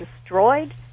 destroyed